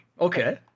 Okay